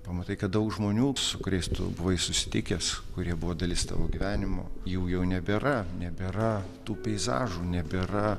pamatai kad daug žmonių su kuriais tu buvai susitikęs kurie buvo dalis tavo gyvenimo jų jau nebėra nebėra tų peizažų nebėra